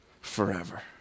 forever